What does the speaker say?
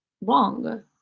wrong